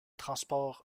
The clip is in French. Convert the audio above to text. transports